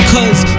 Cause